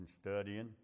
studying